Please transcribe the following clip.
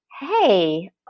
hey